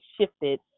shifted